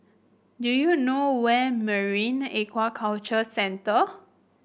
do you know where Marine Aquaculture Centre